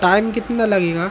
time कितना लगेगा